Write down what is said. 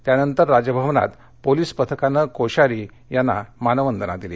त्यानंतर राजभवनात पोलीस पथकानं कोश्यारी यांना मानवंदना दिली